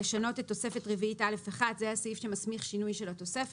"(3א1)לשנות את תוספת רביעית א'1"" זה הסעיף שמסמיך שינוי של התוספת.